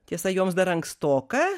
tiesa joms dar ankstoka